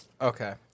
Okay